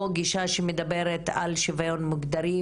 או גישה שמדברת על שוויון מגדרי,